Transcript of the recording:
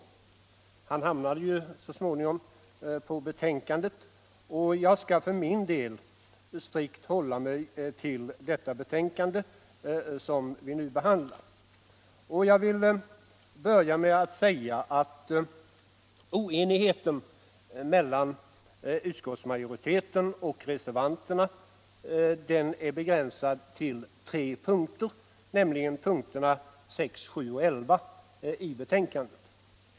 Herr Sjönell hamnade dock så småningom på betänkan = Sveriges exportråd, det, och för min del skall jag strikt hålla mig till det betänkande vi m.m. nu behandlar. Jag vill börja med att säga att oenigheten mellan utskottsmajoriteten och reservanterna är begränsad till tre punkter, nämligen punkterna 6, 7 och 11 i betänkandet.